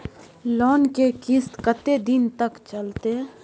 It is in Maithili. लोन के किस्त कत्ते दिन तक चलते?